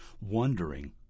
wondering